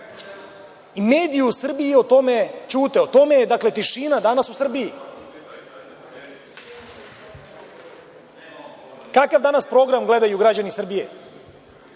Mediji u Srbiji o tome ćute. O tome je, dakle, tišina danas u Srbiji. Kakav danas program gledaju građani Srbije?